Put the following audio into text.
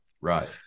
Right